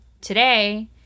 today